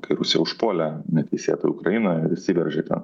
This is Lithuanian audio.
kai rusija užpuolė neteisėtai ukrainą ir įsiveržė ten